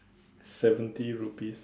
seventy rupees